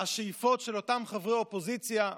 השאיפות של אותם חברי אופוזיציה יתממשו.